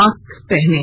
mask पहनें